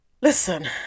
Listen